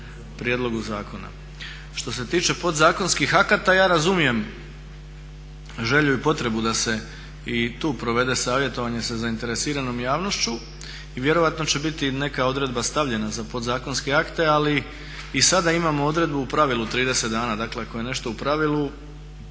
prijedlogu zakona. Što se tiče podzakonskih akata ja razumijem želju i potrebu da se i tu provede savjetovanje sa zainteresiranom javnošću i vjerojatno će biti neka odredba stavljena za podzakonske akte, ali i sada imamo odredbu u pravilu 30 dana. Dakle ako je nešto u pravilu